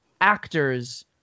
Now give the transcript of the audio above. actors